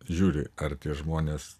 žiūri ar tie žmonės